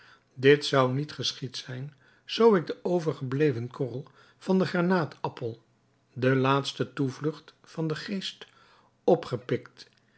dit zou niet geschied zijn zoo ik den overgebleven korrel van den granaatappel de laatste toevlugt van den geest opgepikt